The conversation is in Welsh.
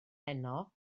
heno